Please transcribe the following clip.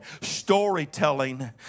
Storytelling